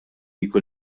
jkun